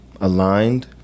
aligned